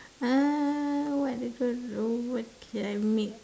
uh what what can I make